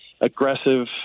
aggressive